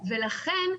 ולכן,